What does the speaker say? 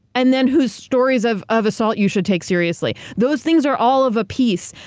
and then whose stories of of assault you should take seriously. those things are all of a piece.